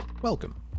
Welcome